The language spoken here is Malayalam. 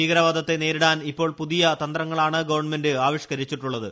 ഭീകരവാദത്തെ നേരിടാൻ ഇപ്പോൾ പുതിയ തന്ത്രങ്ങളാണ് ഗവൺമെന്റ് ആവിഷ്ക്കരിച്ചിട്ടുള്ളത്